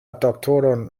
doktoron